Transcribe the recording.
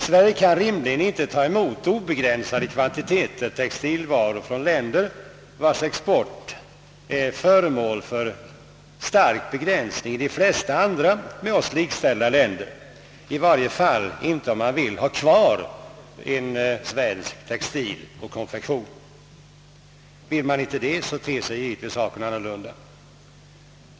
Sverige kan inte rimligen ta emot obegränsade kvantiteter textilvaror från länder, vilkas export är föremål för stark begräns ning i de flesta, med oss likställda länder, i varje fall inte, om man vill ha kvar en svensk textiloch konfektionsindustri. Vill man inte det, ter sig givetvis saken annorlunda.